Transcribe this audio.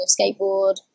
skateboard